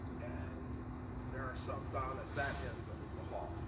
and there are some down at that end of the hall.